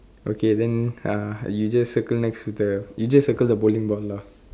okay then uh you just circle next to the you just circle the bowling ball lah